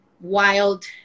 wild